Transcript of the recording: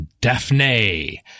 Daphne